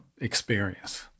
experience